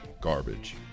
garbage